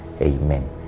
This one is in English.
Amen